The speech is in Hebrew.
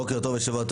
בוקר טוב, שבוע טוב